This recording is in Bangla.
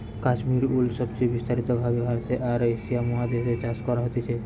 কাশ্মীর উল সবচে বিস্তারিত ভাবে ভারতে আর এশিয়া মহাদেশ এ চাষ করা হতিছে